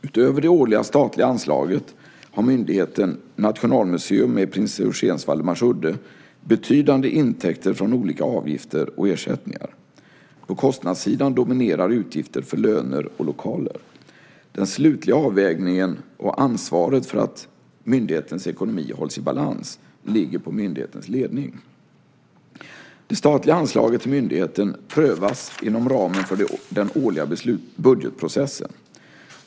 Utöver det årliga statliga anslaget har myndigheten Nationalmuseum med Prins Eugens Waldemarsudde betydande intäkter från olika avgifter och ersättningar. På kostnadssidan dominerar utgifter för löner och lokaler. Den slutliga avvägningen och ansvaret för att myndighetens ekonomi hålls i balans ligger på myndighetens ledning. Det statliga anslaget till myndigheten prövas inom ramen för den årliga budgetprocessen.